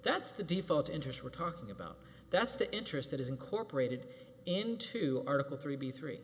that's the default interest we're talking about that's the interest that is incorporated into article three b three